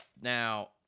Now